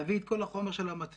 להביא את כל החומר של המצלמות.